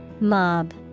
Mob